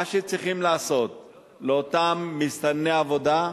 מה שצריכים לעשות לאותם מסתנני עבודה,